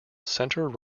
centre